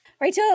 Righto